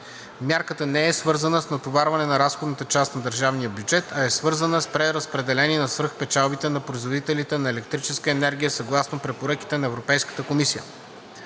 Мярката не е свързана с натоварване на разходната част на държавния бюджет, а е свързана с преразпределение на свръхпечалбите на производителите на електроенергия, съгласно препоръките на Европейската комисия.